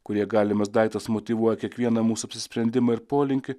kurie galimas daiktas motyvuoja kiekvieną mūsų apsisprendimą ir polinkį